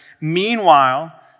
meanwhile